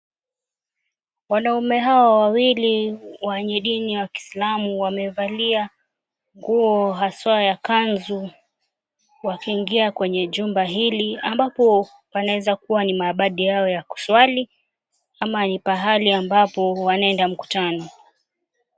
Wanaume hawa wawili, wenye dini ya kiislamu, wamevalia nguo haswa ya kanzu wakiingia kwenye jumba hili. Ambapo panaweza kuwa ni maabadi yao ya kuswali ama ni pahali ambapo wanaenda mkutano.